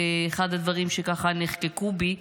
ואחד הדברים שככה נחקקו בי,